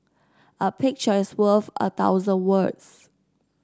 a picture is worth a thousand words